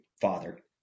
father